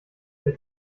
der